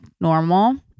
normal